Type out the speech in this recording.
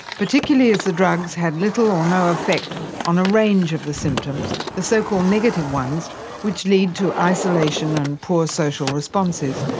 particularly as the drugs had little or no effect on a range of the symptoms, the so-called negative ones which lead to isolation and poor social responses.